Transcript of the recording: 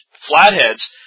flatheads